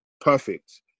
perfect